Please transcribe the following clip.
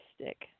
stick